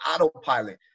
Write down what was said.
autopilot